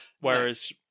Whereas